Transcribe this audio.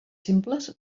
simples